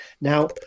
Now